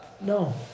no